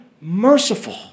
merciful